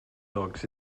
dogs